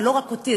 ולא רק אותי,